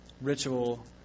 ritual